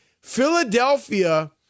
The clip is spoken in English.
Philadelphia